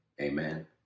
amen